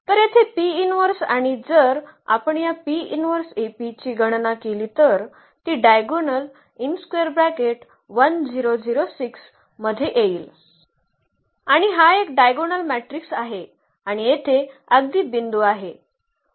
तर येथे आणि जर आपण या ची गणना केली तर ती डायगोनल मध्ये येईल आणि हा एक डायगोनल मॅट्रिक्स आहे आणि येथे अगदी बिंदू आहे